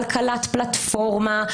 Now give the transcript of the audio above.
כלכלת פלטפורמה,